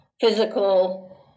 physical